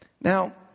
Now